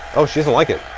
oh she doesn't like it.